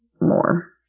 more